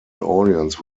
audience